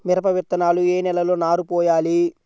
మిరప విత్తనాలు ఏ నెలలో నారు పోయాలి?